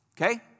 Okay